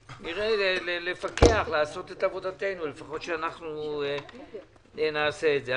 אנחנו נפקח ונעשה את עבודתנו לפחות שאנחנו נעשה את זה.